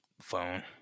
phone